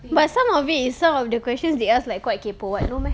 but some of it is some of the questions they ask like quite kaypoh [what] no meh